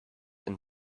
and